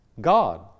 God